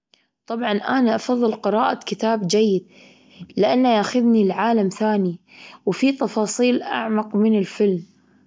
طبعًا أنا أفضل قراءة كتاب جيد، لأنه ياخدني لعالم ثاني، وفي تفاصيل أعمق من الفيلم.